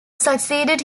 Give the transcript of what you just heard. succeeded